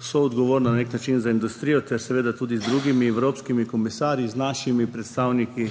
soodgovorna na nek način za industrij, ter seveda tudi z drugimi evropskimi komisarji, z našimi predstavniki,